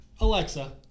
Alexa